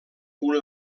una